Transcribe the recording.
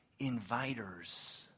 inviters